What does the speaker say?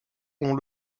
ont